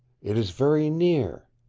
it is very near.